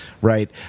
right